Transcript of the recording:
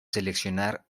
seleccionar